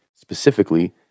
specifically